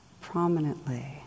prominently